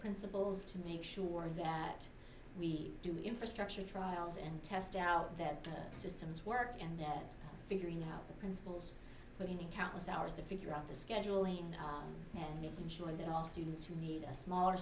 principals to make sure that we do infrastructure trials and test out that the systems work and figuring out the principals putting in countless hours to figure out the scheduling and making sure that all students who need a smaller